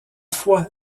foi